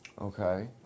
Okay